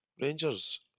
Rangers